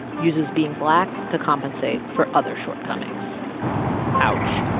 uses being black to compensate for other shortcomings ouch.